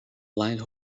blind